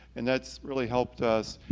and that's really helped us